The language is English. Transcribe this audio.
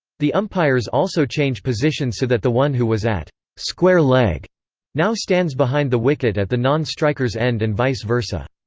the umpires also change positions so that the one who was at square leg now stands behind the wicket at the non-striker's end and vice-versa.